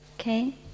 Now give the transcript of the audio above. Okay